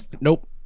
Nope